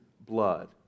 blood